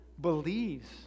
Believes